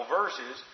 verses